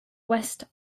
west